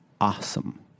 awesome